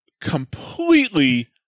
Completely